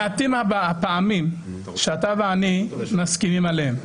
מעטות הפעמים שאתה ואני מסכימים עליהן,